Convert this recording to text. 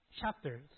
chapters